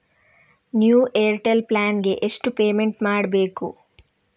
New Airtel plan ಗೆ ಎಷ್ಟು payment ಮಾಡ್ಬೇಕು?